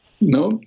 No